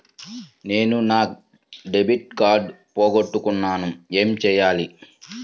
నేను నా debit card పోగొట్టుకున్నాను ఏమి చేయాలి?